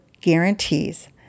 guarantees